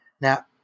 Now